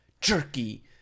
jerky